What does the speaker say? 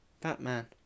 Batman